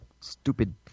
stupid